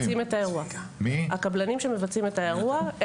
הקבלנים שמבצעים את האירוע.